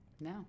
No